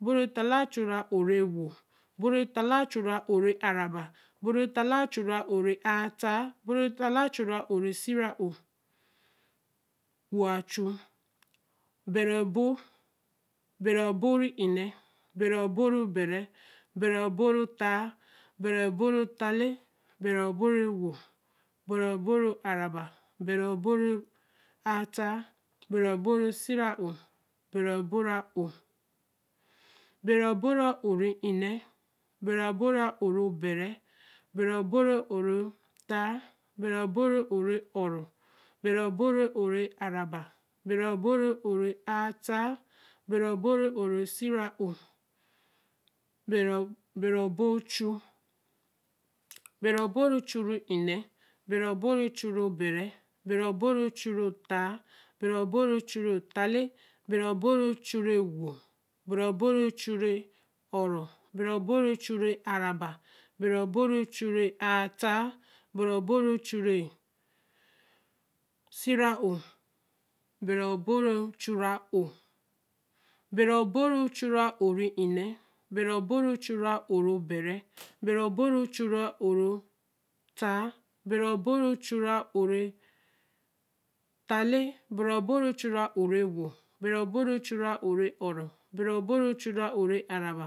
bore ttāa lēe chu-re ēwo bore ttāa lēe chu-re āa ra bā bore ttāa lēe chu-re āa ttāa bore ttāa lee chu-re siē-rā-ō e-wo āā chuu bere obo-re bere obo-re n̄ne, bere obo-re bēe-rēe, be-re obo-re ttāa be-rē obo-re ttāa lēe, be-re obo-re ē-wo, be-re obo-re āa ra ba; be-re obo-re āā ttaa bere obo-re sie-ra-Ō, be-re obo rā-Ō, be-re obo-ra-Ō nne bere obo-re ā-Ō rebē rē bere obo-re ā-Ō re ttāa bere obo-re ā-Ō re ttaā bere obo-re ā-Ō re ōrō bere obo-re ā-O re āā rā-ba bere obo-re ā-Ō re āā ttāa berr obo-re ā-O re sie ra-Ō bere obo Ō-Chuu bere obo Ō-Chuu re n̄ne bere obo Ō-Chuu re bēe re bere obo Ō Chuu re ttāa bere obo Ō Chuu re ttāa lēe bere obo Ō Chuu re o-auo bere obo Ō Chuu re Ōro bere obo Ō Chuu re āā b-a bere obo Ō Chuu re āā ttāa bere obo Ō Chuu-re sie re Ō bere obo re Chuu re ra- Ō bere obo re Chuu re ao nēē bere obo re Chuu re ao re berā bere obo re Chuu re ttāa bere obo re Chuu re Ōro ttaa len bere obo re Chuu re Ore eut bere obo re Chuu re Ōre Ōro bere obo re Chuu re Ōre ssrā bāa.